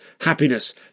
happiness